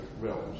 realms